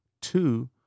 Two